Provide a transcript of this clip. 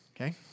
okay